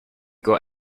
got